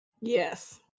Yes